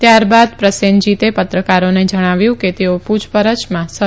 ત્યારબાદ પ્રસેનજીતે પત્રકારોને જણાવ્યું કે તેઓ પૂછપરછમાં સહ્યોગ આપશે